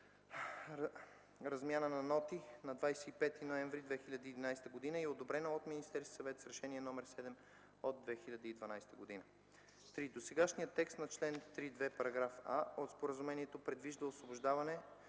размяна на ноти на 25 ноември 2011 г. и е одобрено от Министерския съвет с Решение № 7 от 2012 г. III. Досегашният текст на чл. 3.2, параграф „а” от Споразумението предвижда освобождаване